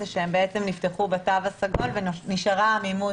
מה שהוסבר לי הוא שהם בעצם נפתחו בתו הסגול ונשארה העמימות